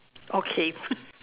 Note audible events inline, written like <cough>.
okay <laughs>